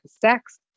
sex